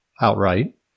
outright